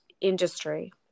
industry